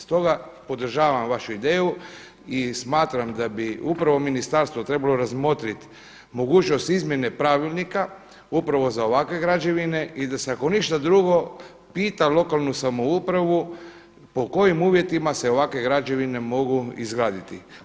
Stoga, podržavam vašu ideju i smatram da bi upravo ministarstvo trebalo razmotriti mogućnost izmjene Pravilnika upravo za ovakve građevine i da se ako ništa drugo pita lokalnu samoupravu po kojim uvjetima se ovakve građevine mogu izgraditi.